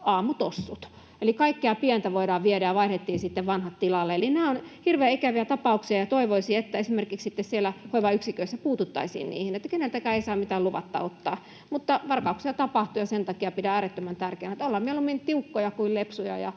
aamutossut — eli kaikkea pientä voidaan viedä — ja vaihdettiin sitten vanhat tilalle. Nämä ovat hirveän ikäviä ta-pauksia, ja toivoisi, että esimerkiksi sitten siellä hoivayksiköissä puututtaisiin niihin. Keneltäkään ei saa mitään luvatta ottaa. Varkauksia tapahtuu, ja sen takia pidän äärettömän tärkeänä, että ollaan mieluummin tiukkoja kuin lepsuja